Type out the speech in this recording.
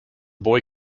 boy